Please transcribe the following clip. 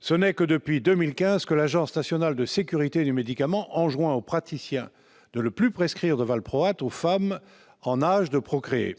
Ce n'est que depuis 2015 que l'Agence nationale de sécurité du médicament et des produits de santé enjoint aux praticiens de ne plus prescrire de valproate aux femmes en âge de procréer.